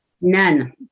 None